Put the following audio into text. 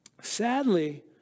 sadly